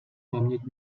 paměť